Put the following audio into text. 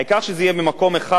העיקר שזה יהיה במקום אחד,